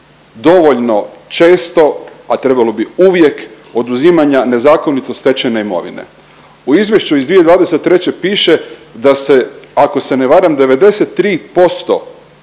dovoljno često, a trebalo bi uvijek oduzimanja nezakonito stečene imovine. U Izvješću iz 2023. piše da se, ako se ne varam 93%